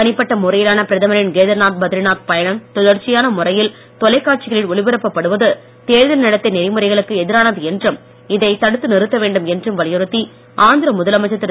தனிப்பட்ட முறையிலான பிரதமரின் கேதார்நாத் பத்ரிநாத் பயணம் தொடர்ச்சியான முறையில் தொலைக் காட்சிகளில் ஒளிபரப்பப் படுவது தேர்தல் நடத்தை நெறிமுறைகளுக்கு எதிரானது என்றும் இதைத் தடுத்து நிறுத்த வேண்டும் என்றும் வலியுறுத்தி ஆந்திர முதலமைச்சர் திரு